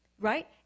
right